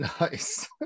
Nice